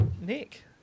Nick